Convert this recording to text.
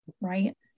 right